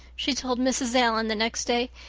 she told mrs. allan the next day,